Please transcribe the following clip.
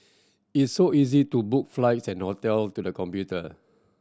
is so easy to book flights and hotel to the computer